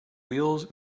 wheels